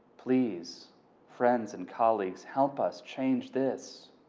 please friends and colleagues help us change this